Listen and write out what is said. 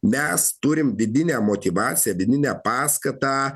mes turime vidinę motyvaciją vidinę paskatą